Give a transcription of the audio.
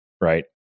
right